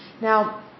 Now